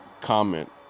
Comment